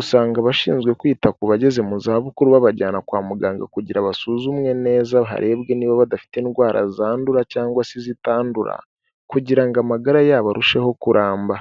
usanga abashinzwe kwita ku bageze mu zabukuru babajyana kwa muganga kugira basuzumwe neza harebwe niba badafite indwara zandura cyangwa se izitandura, kugira ngo amagara yabo arusheho kuramba.